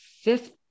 fifth